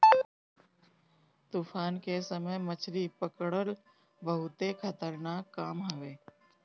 तूफान के समय मछरी पकड़ल बहुते खतरनाक काम हवे